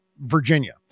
Virginia